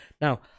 Now